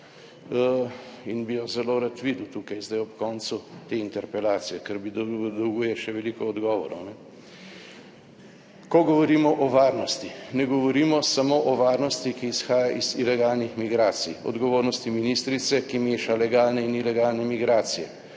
in bi jo zelo rad videl tukaj zdaj ob koncu te interpelacije, ker bi dolguje še veliko odgovorov, ko govorimo o varnosti. Ne govorimo samo o varnosti, ki izhaja iz ilegalnih migracij, odgovornosti ministrice, ki meša legalne in ilegalne migracije,